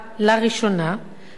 כמו גם לוועדה היום,